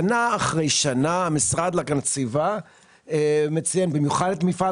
שנה אחרי שנה המשרד להגנת הסביבה מציין במיוחד את מפעל